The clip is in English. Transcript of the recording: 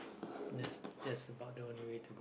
that's that's about the only way to